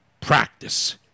Practice